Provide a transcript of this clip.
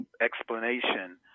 explanation